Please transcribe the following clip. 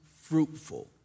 fruitful